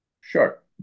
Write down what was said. Sure